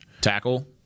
tackle